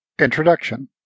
Introduction